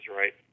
right